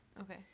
Okay